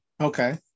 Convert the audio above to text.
Okay